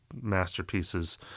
masterpieces